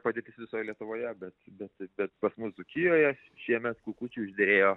padėtis visoje lietuvoje bet bet bet pas mus dzūkijoje šiemet kukučiai užderėjo